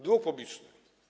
Dług publiczny.